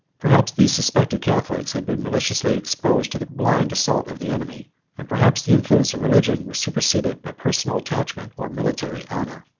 perhaps these suspected catholics had been maliciously exposed to the blind assault of the enemy and perhaps the influence of religion was superseded by personal attachment or military honor.